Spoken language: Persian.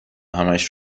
همش